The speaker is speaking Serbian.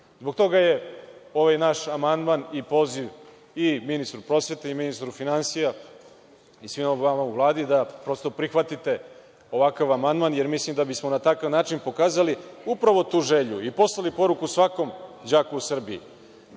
toga je ovaj naš amandman i poziv i ministru prosvete i ministru finansija i svima vama u Vladi da prosto prihvatite ovakav amandman jer mislim da bismo na takav način pokazali upravo tu želju i poslali poruku svakom đaku u Srbiji